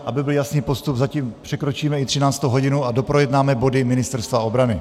Aby byl jasný postup, zatím překročíme i 13. hodinu a doprojednáme body Ministerstva obrany.